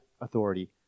authority